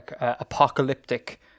apocalyptic